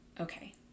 okay